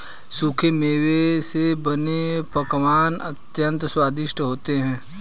सूखे मेवे से बने पकवान अत्यंत स्वादिष्ट होते हैं